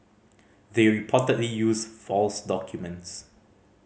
they reportedly used false documents